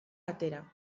atera